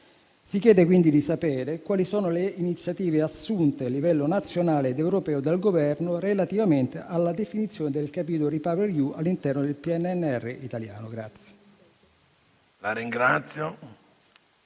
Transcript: Si chiede quindi di sapere quali sono le iniziative assunte a livello nazionale ed europeo dal Governo relativamente alla definizione del capitolo REPowerEU all'interno del PNRR italiano. PRESIDENTE. Il ministro